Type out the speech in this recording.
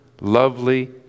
lovely